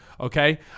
okay